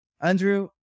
Andrew